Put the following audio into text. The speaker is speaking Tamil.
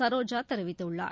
சரோஜா தெரிவித்துள்ளார்